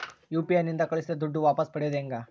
UPI ನಿಂದ ಕಳುಹಿಸಿದ ದುಡ್ಡು ವಾಪಸ್ ಪಡೆಯೋದು ಹೆಂಗ?